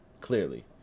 clearly